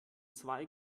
zwei